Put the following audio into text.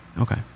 okay